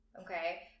Okay